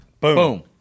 Boom